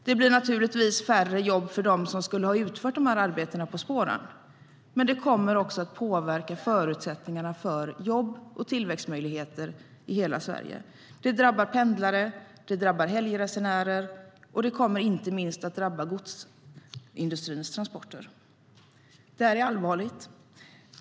Det blir naturligtvis färre jobb för dem som skulle ha utfört arbetena på spåren. Men det kommer också att påverka förutsättningarna för jobb och tillväxtmöjligheter i hela Sverige. Det drabbar pendlare, det drabbar helgresenärer, och det kommer inte minst att drabba godsindustrins transporter. Det är allvarligt.